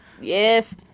Yes